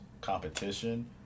competition